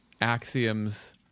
axioms